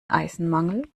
eisenmangel